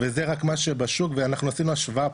וזה רק מה שבשוק ואנחנו עשינו השוואה,